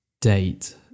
date